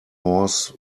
horse